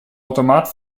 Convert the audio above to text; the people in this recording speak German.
automat